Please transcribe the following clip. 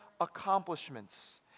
accomplishments